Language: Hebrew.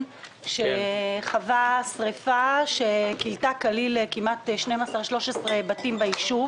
שחווה שריפה שכילתה כליל 13 בתים ביישוב